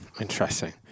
Interesting